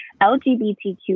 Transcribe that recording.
LGBTQ